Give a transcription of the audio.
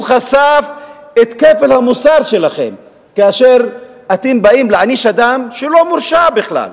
הוא חשף את כפל המוסר שלכם כאשר אתם באים להעניש אדם שלא מורשע בכלל.